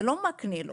זה לא מקנה לו.